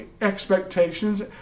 expectations